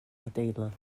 adeilad